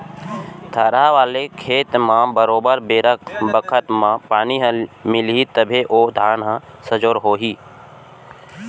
थरहा वाले खेत म बरोबर बेरा बखत म पानी ह मिलही तभे ओ धान ह सजोर हो ही